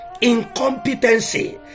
Incompetency